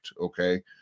Okay